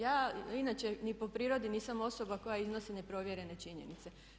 Ja inače ni po prirodi nisam osoba koja iznosi neprovjerene činjenice.